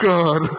God